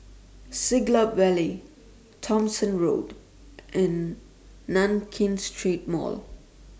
Siglap Valley Thomson Road and Nankin Street Mall